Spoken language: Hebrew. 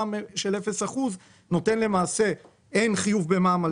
מע"מ של אפס אחוז נותן למעשה שאין חיוב במע"מ על